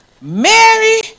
Mary